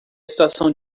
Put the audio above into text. estação